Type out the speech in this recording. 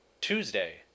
Tuesday